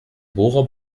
bohrer